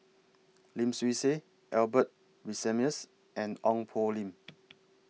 Lim Swee Say Albert Winsemius and Ong Poh Lim